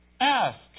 Ask